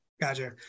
Gotcha